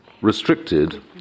restricted